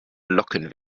locken